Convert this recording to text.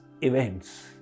events